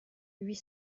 huit